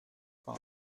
fan